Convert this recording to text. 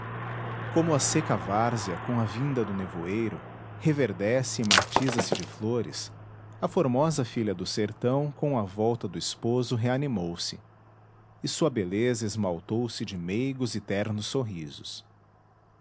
como a seca várzea com a vinda do nevoeiro reverdece e matiza se de flores a formosa filha do sertão com a volta do esposo reanimou se e sua beleza esmaltou se de meigos e ternos sorrisos